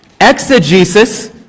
Exegesis